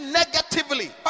negatively